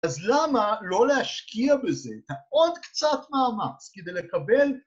‫אז למה לא להשקיע בזה את ה‫עוד קצת מאמץ כדי לקבל...